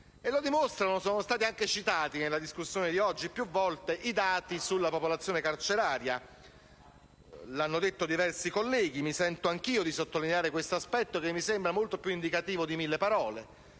Lo dimostrano - e sono stati anche citati più volte nella discussione di oggi - i dati sulla popolazione carceraria. L'hanno detto diversi colleghi e mi sento anch'io di sottolineare questo aspetto che mi sembra molto più indicativo di mille parole: